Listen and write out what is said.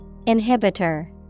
Inhibitor